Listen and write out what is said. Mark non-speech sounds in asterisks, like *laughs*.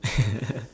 *laughs*